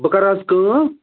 بہٕ کرٕ حظ کٲم